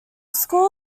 school